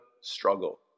struggle